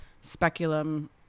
speculum